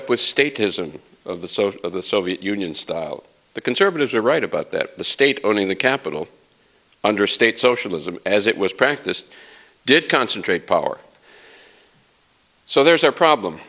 up with state isn't of the so the soviet union style the conservatives are right about that the state owning the capital under state socialism as it was practiced did concentrate power so there's a problem